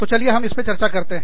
तो चलिए हम इस पर चर्चा करते हैं